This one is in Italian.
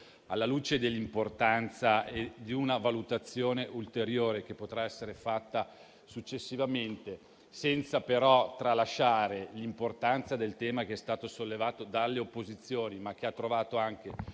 alla luce dell'importanza di una valutazione ulteriore, che potrà essere fatta successivamente, senza però tralasciare l'importanza del tema che è stato sollevato dalle opposizioni, che ha trovato un